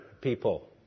people